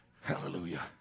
Hallelujah